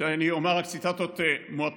ואני אומר רק ציטטות מועטות: